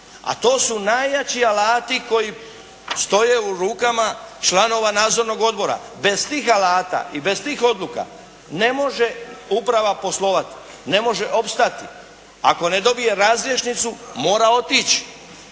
a to su najjači alati koji stoje u rukama članova nadzornog odbora. Bez tih alata i bez tih odluka ne može uprava poslovati, ne može opstati. Ako ne dobije razrješnicu mora otići,